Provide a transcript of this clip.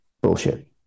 bullshit